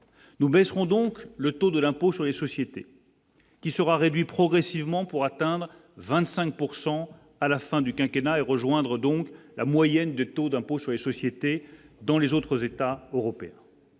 nous baisserons donc le taux de l'impôt sur les sociétés qui sera réduit progressivement pour atteindre 25 pourcent,, à la fin du quinquennat et rejoindre donc la moyenne de taux d'impôt sur les sociétés dans les autres États européens